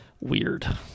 weird